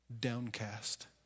downcast